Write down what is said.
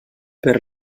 per